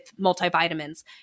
multivitamins